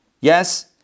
Yes